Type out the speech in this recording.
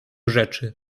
rzeczy